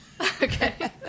Okay